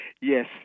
Yes